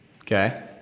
Okay